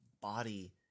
body